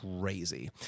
crazy